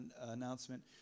announcement